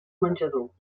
menjador